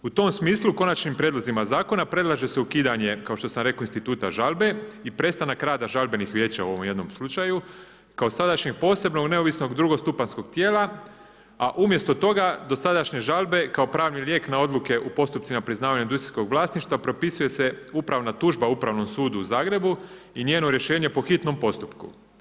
U tom smislu, konačnim prijedlozima zakona predlaže se ukidanje, kao što sam rekao, instituta žalbe i prestanak rada žalbenih vijeća u ovom jednom slučaju, kao sadašnjeg posebnog neovisnog drugostupanjskog tijela, a umjesto toga, dosadašnje žalbe kao pravni lijek na odluke u postupcima priznavanja industrijskog vlasništva, propisuje se upravna tužba Upravnog sudu u Zagrebu i njeno rješenje po hitnom postupku.